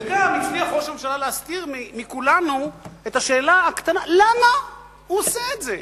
וגם הצליח ראש הממשלה להסתיר מכולנו את השאלה הקטנה למה הוא עושה את זה.